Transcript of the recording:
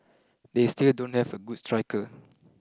they still don't have a good striker